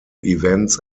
events